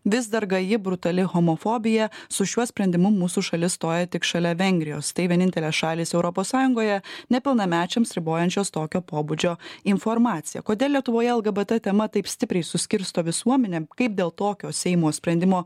vis dar gaji brutali homofobija su šiuo sprendimu mūsų šalis stoja tik šalia vengrijos tai vienintelės šalys europos sąjungoje nepilnamečiams ribojančios tokio pobūdžio informaciją kodėl lietuvoje lgbt bet ta tema taip stipriai suskirsto visuomenę kaip dėl tokio seimo sprendimo